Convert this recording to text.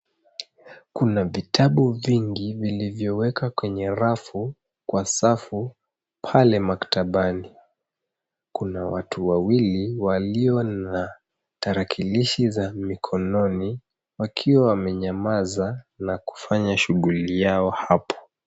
Kuna vitabu vingi vilivyowekwa kwenye rafu kwa safu pale maktabani. Kuna watu wawili walio na tarakilishi za mikononi wakiwa wamenyamaza na kufanya shughuli yao hapo.